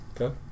Okay